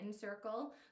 circle